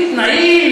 עם תנאים,